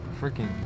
Freaking